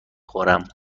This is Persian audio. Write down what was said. خورم